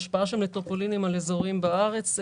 השפעה של מטרופולינים על אזורים בארץ,